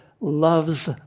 loves